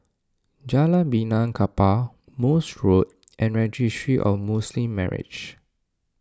Jalan Benaan Kapal Morse Road and Registry of Muslim Marriages